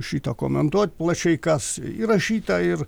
šito komentuot plačiai kas įrašyta ir